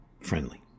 friendly